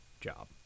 job